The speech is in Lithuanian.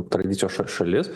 tradicijos ša šalis